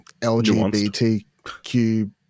LGBTQ